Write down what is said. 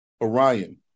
Orion